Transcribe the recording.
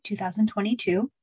2022